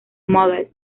models